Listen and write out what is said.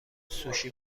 سوشی